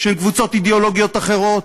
שהן קבוצות אידיאולוגיות אחרות.